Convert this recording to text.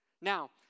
Now